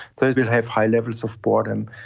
they will have high levels of boredom.